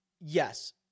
yes